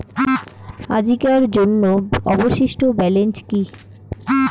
আজিকার জন্য অবশিষ্ট ব্যালেন্স কি?